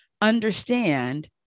understand